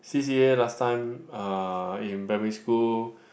C_C_A last time uh in primary school